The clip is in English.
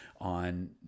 on